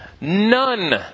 None